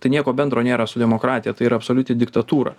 tai nieko bendro nėra su demokratija tai yra absoliuti diktatūra